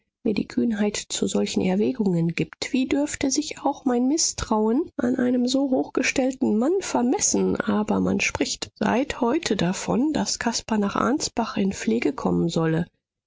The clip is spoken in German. mir die kühnheit zu solchen erwägungen gibt wie dürfte sich auch mein mißtrauen an einem so hochgestellten mann vermessen aber man spricht seit heute davon daß caspar nach ansbach in pflege kommen solle